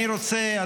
אני רוצה,